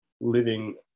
living